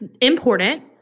important